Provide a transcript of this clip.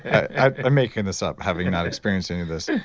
and i'm making this up, having not experienced any of this.